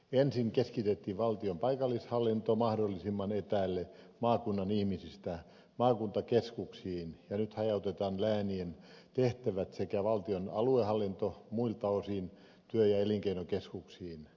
ensin keskitettiin valtion paikallishallinto mahdollisimman etäälle maakunnan ihmisistä maakuntakeskuksiin ja nyt hajautetaan läänien tehtävät sekä valtion aluehallinto muilta osin työ ja elinkeinokeskuksiin